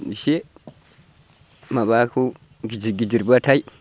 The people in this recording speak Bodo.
एसे माबाखौ गिदिर गिदिरब्लाथाय